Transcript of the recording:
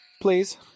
please